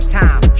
time